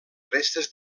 restes